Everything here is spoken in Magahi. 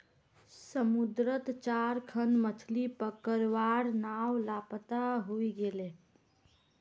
समुद्रत चार खन मछ्ली पकड़वार नाव लापता हई गेले